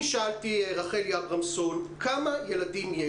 אני שאלתי, רחלי אברמבזון, כמה ילדים יש.